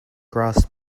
grass